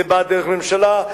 זה בא דרך ממשלה,